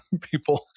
people